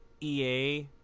EA